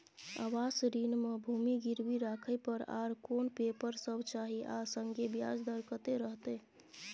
आवास ऋण म भूमि गिरवी राखै पर आर कोन पेपर सब चाही आ संगे ब्याज दर कत्ते रहते?